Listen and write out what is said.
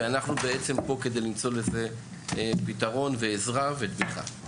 ואנחנו בעצם פה כדי למצוא לזה פתרון ועזרה ותמיכה.